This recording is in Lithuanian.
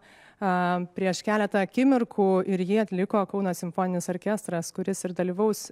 prieš keletą akimirkų ir jį atliko kauno simfoninis orkestras kuris ir dalyvaus